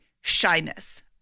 shyness